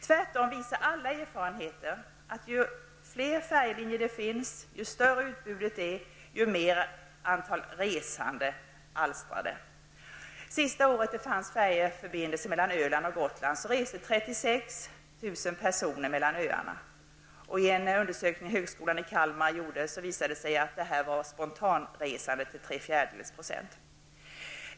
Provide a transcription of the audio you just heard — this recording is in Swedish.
Tvärtom visar alla erfarenheter att ju fler färjelinjer det finns, ju större utbudet är, desto fler resande blir det. Sista året som det fanns färjeförbindelser mellan Öland och Gotland reste 36 000 personer mellan öarna. I en undersökning som högskolan i Kalmar gjorde visade det sig att det till tre fjärdedelar var spontanresande.